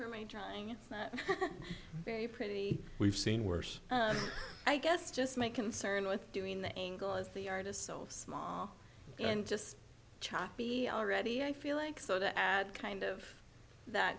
maintaining very pretty we've seen worse i guess just my concern with doing the angle of the artist so small and just choppy already i feel like so that kind of that